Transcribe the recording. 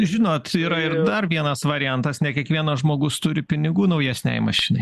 žinot yra ir dar vienas variantas ne kiekvienas žmogus turi pinigų naujesnei mašinai